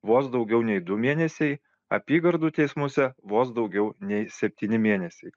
vos daugiau nei du mėnesiai apygardų teismuose vos daugiau nei septyni mėnesiai